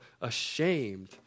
ashamed